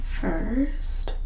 first